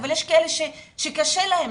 אבל יש כאלה שקשה להם,